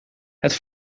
het